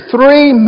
Three